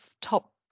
top